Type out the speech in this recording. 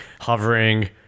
hovering